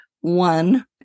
one